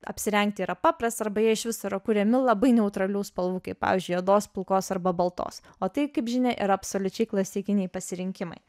apsirengti yra paprasta arba jie iš viso yra kuriami labai neutralių spalvų kaip pavyzdžiui juodos pilkos arba baltos o tai kaip žinia yra absoliučiai klasikiniai pasirinkimai